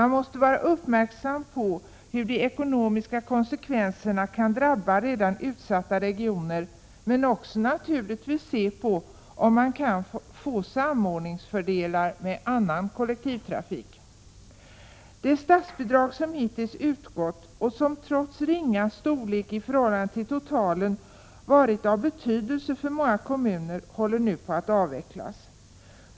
När det gäller de ekonomiska konsekvenserna måste man vara uppmärksam på hur redan utsatta regioner kan drabbas. Men naturligtvis måste man också undersöka om man kan få fördelar genom en samordning med annan kollektivtrafik. Det statsbidrag som hittills har utgått och som trots sin ringa storlek i förhållande till de totala utgifterna har varit av betydelse för många kommuner håller nu på att avvecklas.